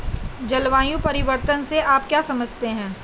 जलवायु परिवर्तन से आप क्या समझते हैं?